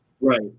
right